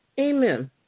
Amen